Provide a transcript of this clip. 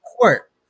court